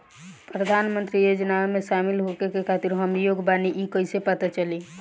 प्रधान मंत्री योजनओं में शामिल होखे के खातिर हम योग्य बानी ई कईसे पता चली?